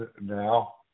now